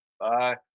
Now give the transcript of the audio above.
bye